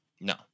No